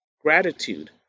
gratitude